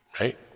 Right